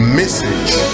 message